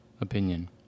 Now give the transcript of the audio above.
opinion